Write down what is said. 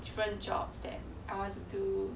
different jobs that I want to do